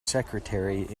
secretary